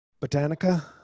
Botanica